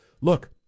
Look